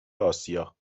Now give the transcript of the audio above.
آسیا